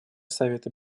совета